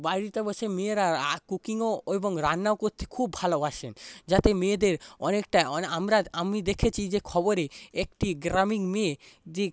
বাড়িতে বসে মেয়েরা কুকিংও এবং রান্নাও করতে খুব ভালোবাসেন যাতে মেয়েদের অনেকটাই আমরা আমি দেখেছি যে খবরে একটি গ্রামীণ মেয়ে যে